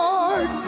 Lord